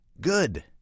good